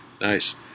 nice